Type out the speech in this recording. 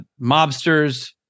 mobsters